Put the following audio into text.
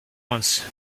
once